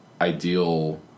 ideal